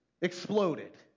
exploded